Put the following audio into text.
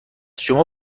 شما